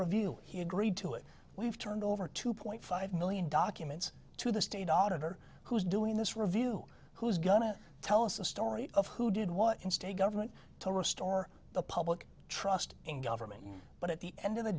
review he agreed to it we've turned over two point five million documents to the state auditor who's doing this review who's going to tell us the story of who do what in state government to restore the public trust in government but at the end of the